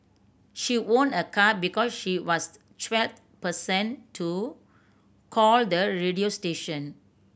she won a car because she was twelfth person to call the radio station